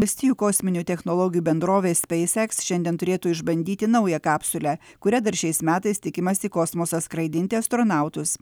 valstijų kosminių technologijų bendrovė speiseks šiandien turėtų išbandyti naują kapsulę kuria dar šiais metais tikimasi į kosmosą skraidinti astronautus